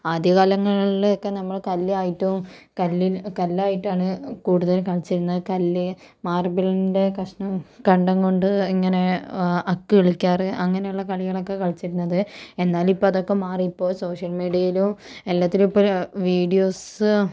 ആദ്യകാലങ്ങളിൽ ഒക്കെ നമ്മള് കല്ല് ആയിട്ടും കല്ലിനു കല്ല് ആയിട്ട് ആണ് കൂടുതലും കളിച്ചിരുന്നെ കല്ല് മാർബിളിൻ്റെ കഷ്ണം കണ്ടം കൊണ്ട് ഇങ്ങനെ അക്ക് കളിക്കാറ് അങ്ങനെ ഉള്ള കളികളൊക്കെ കളിച്ചിരുന്നത് എന്നാൽ ഇപ്പോൾ അതൊക്കെ മാറി ഇപ്പോൾ സോഷ്യൽ മീഡിയയിലും എല്ലാത്തിലും ഇപ്പോൾ വീഡിയോസ്